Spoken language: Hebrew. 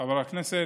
חבר הכנסת.